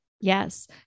Yes